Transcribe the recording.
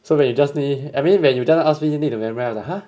so when you just me I mean when you just ask me need to memorise ah !huh!